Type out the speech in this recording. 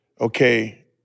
okay